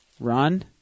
Run